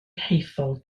hethol